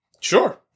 Sure